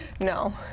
No